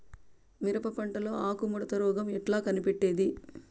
మిరప పంటలో ఆకు ముడత రోగం ఎట్లా కనిపెట్టేది?